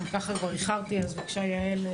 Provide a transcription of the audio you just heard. בבקשה, יעל.